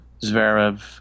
Zverev